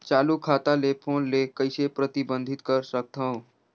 चालू खाता ले फोन ले कइसे प्रतिबंधित कर सकथव?